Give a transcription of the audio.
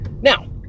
Now